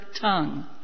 tongue